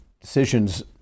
decisions